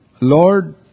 Lord